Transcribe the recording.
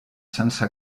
sense